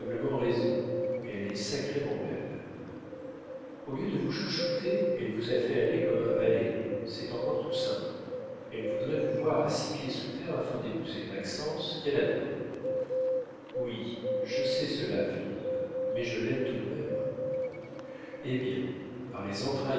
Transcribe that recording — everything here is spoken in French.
raison elle est sucrement belle au lieu de vous chouchoûter elle vous a fait aller comme un valet c'est encore tout simple elle voudrait vous voir à six pieds sous terre afin d'épouser maxence qu'elle adore oui je sais cela philippe mais je l'aime tout de même eh bien par les entrailles